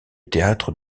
théâtre